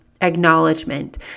acknowledgement